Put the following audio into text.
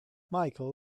michael